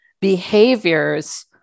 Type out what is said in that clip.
behaviors